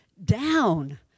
down